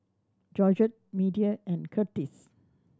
Georgette Media and Curtis